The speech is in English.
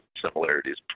similarities